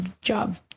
job